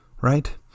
right